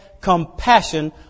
compassion